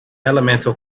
elemental